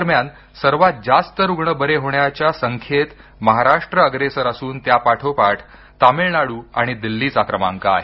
दरम्यान सर्वात रुग्ण बरे होण्याच्या संख्येत महाराष्ट्र अग्रेसर असून त्यापाठोपाठ तामिळनाडू आणि दिल्लीचा क्रमांक आहे